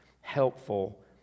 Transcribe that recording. Helpful